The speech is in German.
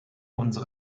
unsere